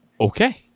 Okay